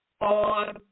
on